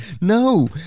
no